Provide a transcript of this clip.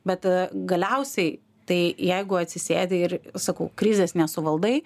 bet galiausiai tai jeigu atsisėdi ir sakau krizės nesuvaldai